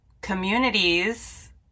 communities